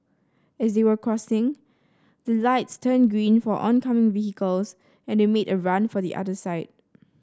as they were crossing the lights turned green for oncoming vehicles and they made a run for the other side